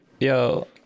yo